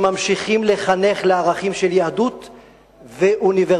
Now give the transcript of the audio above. שממשיכים לחנך לערכים של יהדות ואוניברסליות,